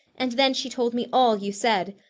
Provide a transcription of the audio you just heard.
and then she told me all you said,